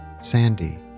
Sandy